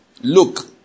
Look